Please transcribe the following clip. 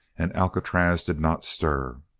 and alcatraz did not stir!